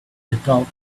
atop